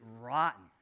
rotten